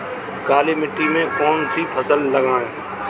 काली मिट्टी में कौन सी फसल लगाएँ?